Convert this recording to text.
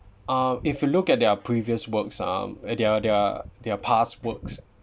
uh if you look at their previous works ah their their their past works